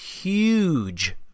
huge